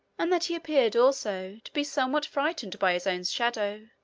and that he appeared, also, to be somewhat frightened by his own shadow,